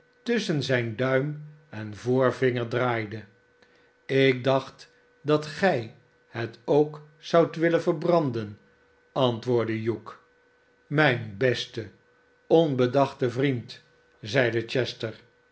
tusschen zijn duim en voorvinger draaide ik dacht dat gij het ook zoudt willen verbranden antwoordde hugh mijn beste onbedachte vriend zeide chester